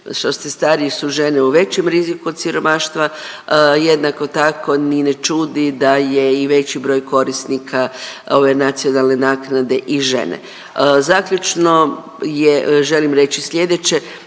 stariji su žene u većem riziku od siromaštva. Jednako tako ni ne čudi da je i veći broj korisnika ove nacionalne naknade i žene. Zaključno želim reći sljedeće,